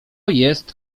jest